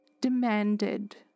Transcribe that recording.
demanded